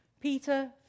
Peter